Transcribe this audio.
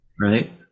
Right